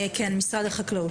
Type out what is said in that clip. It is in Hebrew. כן, משרד החקלאות.